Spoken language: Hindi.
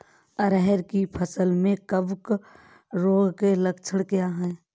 अरहर की फसल में कवक रोग के लक्षण क्या है?